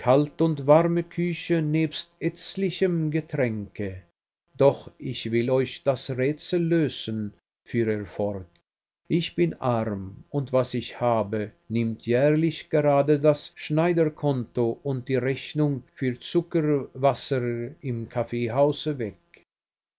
und warme küche nebst etzlichem getränke doch ich will euch das rätsel lösen fuhr er fort ich bin arm und was ich habe nimmt jährlich gerade das schneiderkonto und die rechnung für zuckerwasser im kaffeehause weg